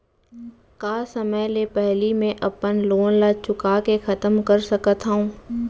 का समय ले पहिली में अपन लोन ला चुका के खतम कर सकत हव?